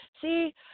See